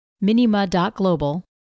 Minima.Global